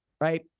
right